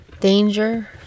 Danger